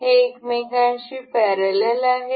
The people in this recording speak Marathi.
हे एकमेकांशी पॅरलल आहे